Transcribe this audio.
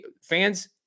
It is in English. fans